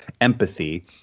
empathy